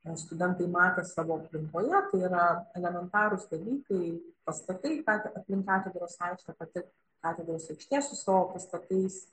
ten studentai mato savo aplinkoje tai yra elementarūs dalykai pastatai ka aplink katedros aikštę pati katedros aikštė su savo pastatais